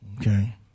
Okay